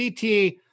CT